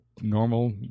Normal